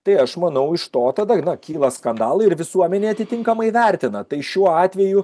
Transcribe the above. tai aš manau iš to tada na kyla skandalai ir visuomenė atitinkamai vertina tai šiuo atveju